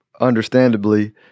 understandably